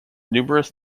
numerous